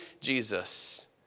Jesus